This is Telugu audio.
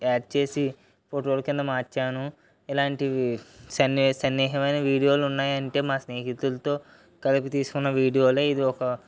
యాడ్ చేసి ఫోటోలు కింద మార్చాను ఇలాంటివి సన్ని సమ్మోహమైన వీడియోలు ఉన్నాయి అంటే మా స్నేహితులతో కలిసి తీసుకున్న వీడియోలు ఇది ఒక